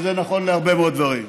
וזה נכון להרבה מאוד דברים.